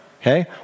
okay